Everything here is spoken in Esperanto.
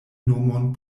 nomon